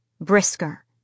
brisker